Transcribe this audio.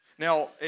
Now